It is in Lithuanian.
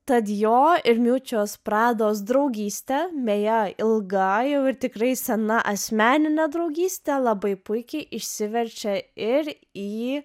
tad jo ir miučios prados draugystė beje ilgai jau ir tikrai sena asmeninė draugystė labai puikiai išsiverčia ir į